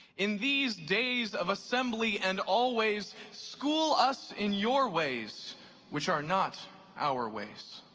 in these days of assembly and always, school us in your ways which are not our ways.